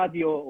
רדיו,